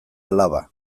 alaba